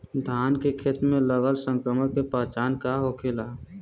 धान के खेत मे लगल संक्रमण के पहचान का होखेला?